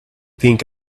think